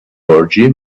orgy